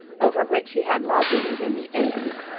over which he had lodgings in the eighties,